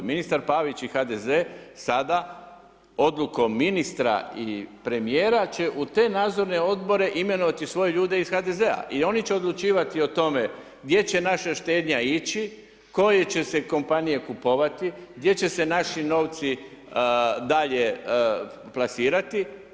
Ministar Pavić i HDZ sada odlukom ministra i premijera će u te nadzorne odbore imenovati svoje ljude iz HDZ-a i oni će odlučivati o tome gdje će naša štednja ići, koje će se kompanije kupovati, gdje će se naši novci dalje plasirati.